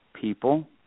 people